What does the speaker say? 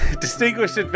Distinguished